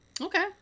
Okay